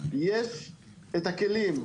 חייבים אחראים,